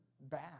bad